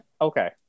okay